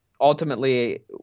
ultimately